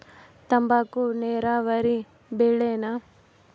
ತಂಬಾಕು ನೇರಾವರಿ ಬೆಳೆನಾ?